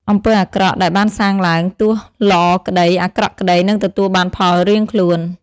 អំពើអាក្រក់ដែលបានសាងឡើង ទោះល្អក្ដី អាក្រក់ក្ដី នឹងទទួលបានផលរៀងខ្លួន ។